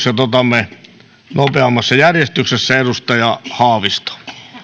kysymykset otamme nopeammassa järjestyksessä edustaja haavisto